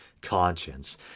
conscience